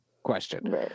question